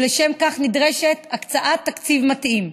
ולשם כך נדרשת הקצאת תקציב מתאים.